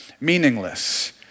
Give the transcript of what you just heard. meaningless